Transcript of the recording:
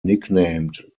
nicknamed